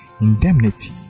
indemnity